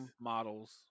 models